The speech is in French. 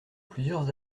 plusieurs